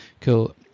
cool